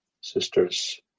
sisters